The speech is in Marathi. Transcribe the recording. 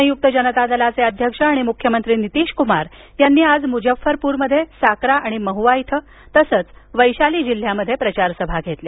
संयुक्त जनता दलाचे अध्यक्ष आणि मुख्यमंत्री नितीशकुमार यांनी मुझफ्फरपूरमध्ये साकरा आणि महुआ इथं तसच वैशाली जिल्ह्यात प्रचारसभा घेतल्या